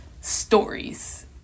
stories